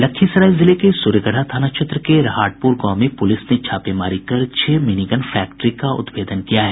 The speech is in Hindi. लखीसराय जिले के सूर्यगढ़ा थाना क्षेत्र के रहाटपूर गांव में पूलिस ने छापेमारी कर छह मिनीगन फैक्ट्री का उद्भेदन किया है